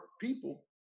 people